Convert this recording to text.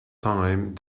time